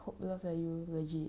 !hais! hopeless leh you legit